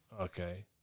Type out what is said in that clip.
okay